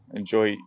enjoy